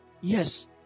Yes